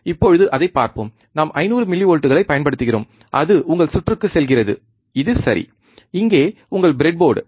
இப்போது அதைப் பார்ப்போம் நாம் 500 மில்லிவோல்ட்களைப் பயன்படுத்துகிறோம் அது உங்கள் சுற்றுக்குச் செல்கிறது இது சரி இங்கே உங்கள் ப்ரெட்போர்டு